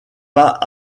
pas